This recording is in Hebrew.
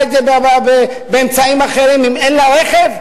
את זה באמצעים אחרים כי אין לה רכב?